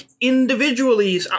individually